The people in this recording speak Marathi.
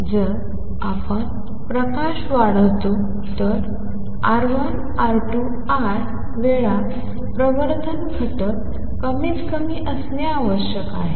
जर आपण प्रकाश वाढवतो तर R1 R2 I वेळा प्रवर्धन घटक कमीतकमी एक असणे आवश्यक आहे